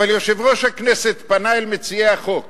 אבל יושב-ראש הכנסת פנה אל מציעי החוק